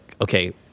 okay